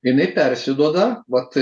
jinai persiduoda vat